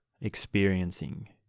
experiencing